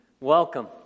Welcome